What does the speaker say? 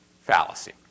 Fallacy